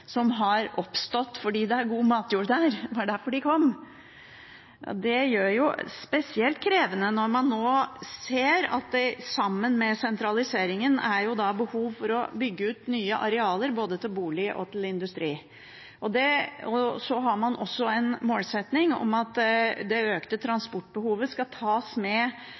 som har oppstått fordi det er god matjord der. Det var derfor de kom. Det gjør det spesielt krevende når man nå ser at det sammen med sentraliseringen er behov for å bygge ut nye arealer både til bolig og industri. Så har man også en målsetting om at det økte transportbehovet skal tas med